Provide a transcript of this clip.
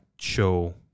show